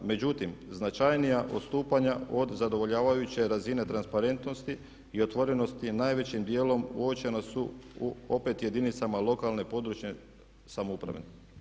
Međutim, značajnija odstupanja od zadovoljavajuće razine transparentnosti i otvorenosti najvećim dijelom uočena su u opet jedinicama lokalne i područne samouprave.